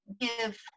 give